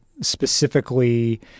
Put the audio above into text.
specifically